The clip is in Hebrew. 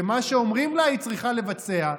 שמה שאומרים לה היא צריכה לבצע,